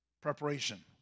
preparation